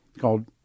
called